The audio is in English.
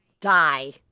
die